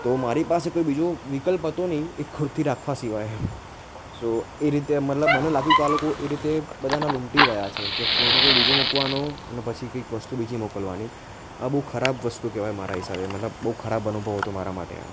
તો મારી પાસે કોઈ બીજો વિકલ્પ હતો નહીં એ કુર્તી રાખવા સિવાય સો એ રીતે મતલબ મને લાગ્યું કે આ લોકો એ રીતે બધાને લૂંટી રહ્યા છે કે ફોટો કોઈ બીજો મૂકવાનો અને પછી કઈક વસ્તુ બીજી મોકલવાની આ બહુ ખરાબ વસ્તુ કહેવાય મારા હિસાબે મતલબ બહુ ખરાબ અનુભવ હતો મારા માટે આ